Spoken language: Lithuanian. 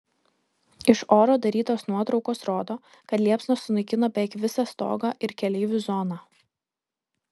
iš oro darytos nuotraukos rodo kad liepsnos sunaikino beveik visą stogą ir keleivių zoną